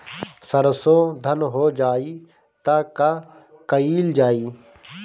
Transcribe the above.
सरसो धन हो जाई त का कयील जाई?